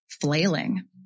flailing